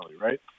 right